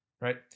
right